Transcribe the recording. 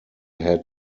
had